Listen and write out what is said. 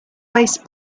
waste